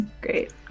Great